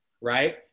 right